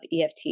EFT